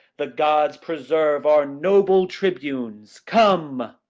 the gods preserve our noble tribunes! come.